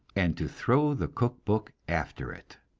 and to throw the cook-book after it.